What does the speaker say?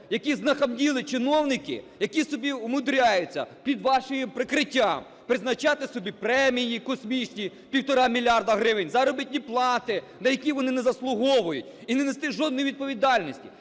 які знахабнілі чиновники, які собі умудряються під вашим прикриттям призначати собі премії космічні, півтора мільярда гривень заробітні плати, на які вони не заслуговують, і не нести жодної відповідальності.